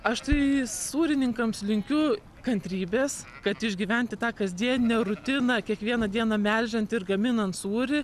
aš tai sūrininkams linkiu kantrybės kad išgyventi tą kasdienę rutiną kiekvieną dieną melžiant ir gaminant sūrį